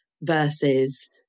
versus